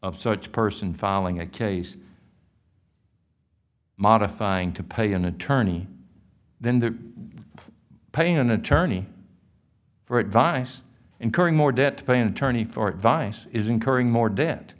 of such person filing a case modifying to pay an attorney then the paying an attorney for advice incurring more debt to pay an attorney for advice is incurring more debt